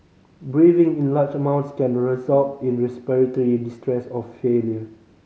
breathing in large amounts can result in respiratory distress or failure